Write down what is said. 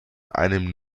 einem